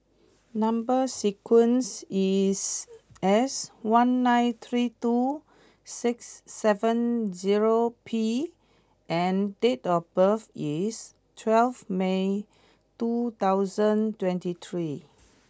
number sequence is S one nine three two six seven zero P and date of birth is twelve May two thousand twenty three